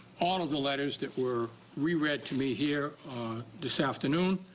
all of the letters that were reread to me here this afternoon.